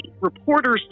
reporters